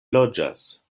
loĝas